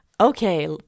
Okay